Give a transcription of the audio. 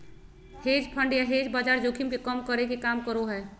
hedge fund या hedge बाजार जोखिम के कम करे के काम करो हय